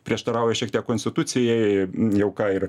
prieštarauja šiek tiek konstitucijai jau ką ir